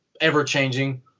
ever-changing